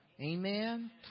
amen